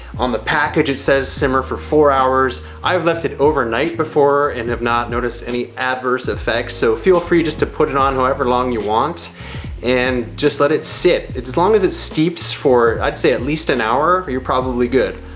on the package, it says simmer for four hours. i've left it overnight before and have not noticed any adverse effects. so feel free just to put it on however long you want and just let it sit. as long as it steeps for, i'd say at least an hour, you're probably good.